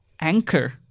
anchor